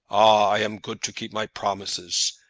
i am good to keep my promises!